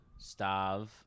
Stav